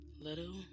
little